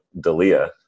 Dalia